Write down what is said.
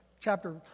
chapter